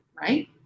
right